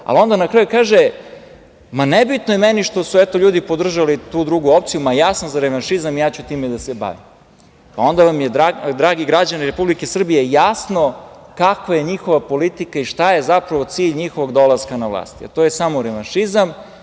ali onda na kraju kaže – ma, nebitno je meni što su, eto, ljudi podržali tu drugu opciju, ja sam za revanšizam, ja ću time da se bavim. Onda vam je, dragi građani Republike Srbije, jasno kakva je njihova politika i šta je, zapravo, cilj njihovog dolaska na vlast. To je samo revanšizam,